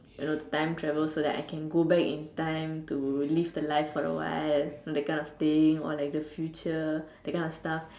you know to time travel so that I can go back in time to live the life for awhile that kind of thing or like the future that kind of stuff